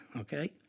okay